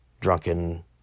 drunken